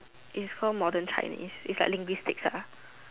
it's called modern Chinese it's like linguistics ah